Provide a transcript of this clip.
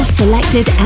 selected